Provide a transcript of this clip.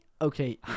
okay